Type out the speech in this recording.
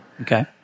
Okay